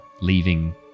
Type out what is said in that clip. leaving